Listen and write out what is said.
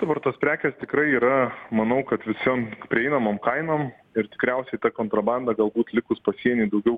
dabar tos prekės tikrai yra manau kad visiem prieinamom kainom ir tikriausiai ta kontrabanda galbūt likus pasieny daugiau